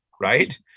right